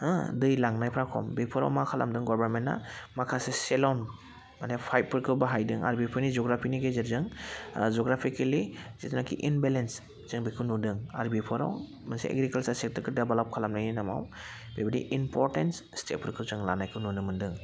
होह दै लांनायफ्रा खम बेफोराव मा खालामदों गभार्नमेन्टआ माखासे सेल'न माने पाइपफोरखौ बाहायदों आरो बिफोरनि जुग्राफिनि गेजेरजों जुग्राफिकेलि जिथुनाखि इमबेलेन्स जों बेखौ नुदों आरो बेफोराव मोनसे एग्रिकालसार सेक्टरखौ देभलाब खालानायनि नामाव बेबायदि इनपरटेन्स स्टेपफोरखौ जों लानायखौ नुनो मोन्दों